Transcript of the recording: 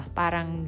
parang